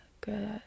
good